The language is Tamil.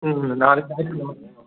ம் ம்